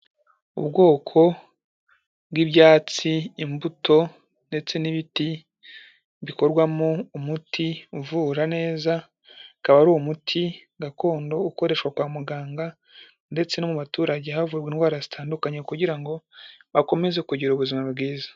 Ubwoko bw'ibyatsi, imbuto ndetse n'ibiti bikorwamo umuti uvura neza, akaba ari umuti gakondo ukoreshwa kwa muganga ndetse no mu baturage havurwa indwara zitandukanye kugira ngo bakomeze kugira ubuzima bwiza.